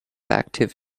active